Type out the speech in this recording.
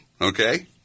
Okay